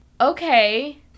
okay